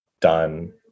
done